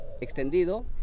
extendido